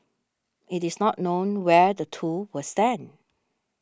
it is not known where the two will stand